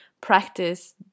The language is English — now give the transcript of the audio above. practice